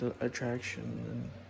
attraction